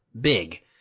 big